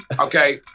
Okay